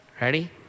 ready